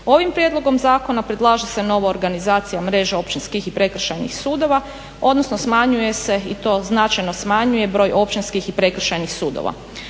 Ovim prijedlogom zakona predlaže se nova organizacija mreže općinskih i prekršajnih sudova odnosno smanjuje se i to značajno smanjuje broj općinskih i prekršajnih sudova.